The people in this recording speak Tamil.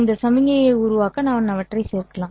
இந்த சமிக்ஞையை உருவாக்க நான் அவற்றைச் சேர்க்கலாம்